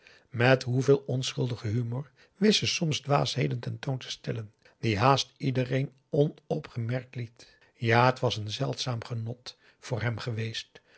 met hoeveel onschuldigen humor wist ze soms dwaasheden ten toon te stellen die haast iedereen onopgemerkt liet ja het was een zeldzaam genot voor hem geweest